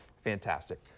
fantastic